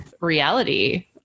reality